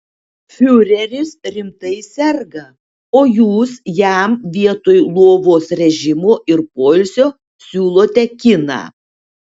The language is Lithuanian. fiureris rimtai serga o jūs jam vietoj lovos režimo ir poilsio siūlote kiną